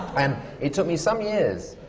and it took me some years,